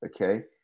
Okay